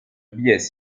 biais